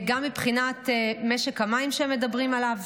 גם מבחינת משק המים שמדברים עליו,